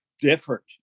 different